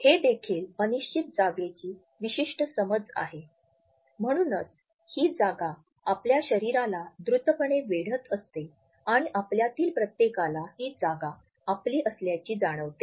हे देखील अनिश्चित जागेची विशिष्ट्य समज आहे म्हणूनच ही जागा आपल्या शरीराला द्रुतपणे वेढत असते आणि आपल्यातील प्रत्येकाला ही जागा आपली असल्याचे जाणवते